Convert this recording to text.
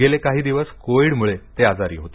गेले काही दिवस कोविडमुळे आजारी होते